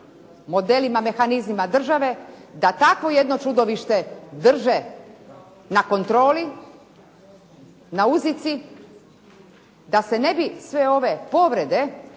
modelima, mehanizmima države da takvo jedno čudovište drže na kontroli, na uzici, da se ne bi sve ove povrede